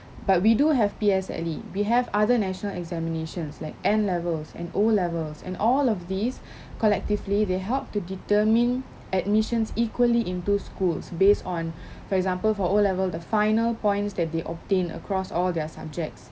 but we do have P_S_L_E we have other national examinations like N levels and O levels and all of these collectively they help to determine admissions equally into schools based on for example for O level the final points that they obtain across all their subjects